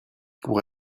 pour